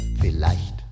vielleicht